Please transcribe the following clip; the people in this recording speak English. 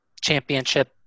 championship